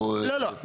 לא לא,